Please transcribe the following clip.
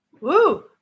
Woo